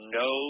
no